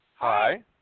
Hi